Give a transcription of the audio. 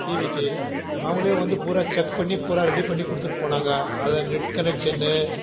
டிவிக்கு அவங்களே வந்து பூரா செக் பண்ணி பூரா ரெடி பண்ணி கொடுத்துட்டு போனாங்க அதில் நெட் கனெக்ஷன்னு